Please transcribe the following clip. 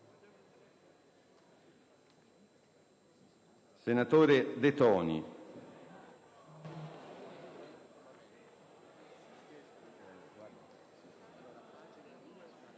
senatore De Toni.